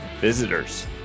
visitors